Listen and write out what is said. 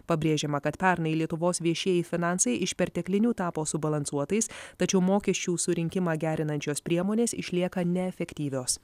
pabrėžiama kad pernai lietuvos viešieji finansai iš perteklinių tapo subalansuotais tačiau mokesčių surinkimą gerinančios priemonės išlieka neefektyvios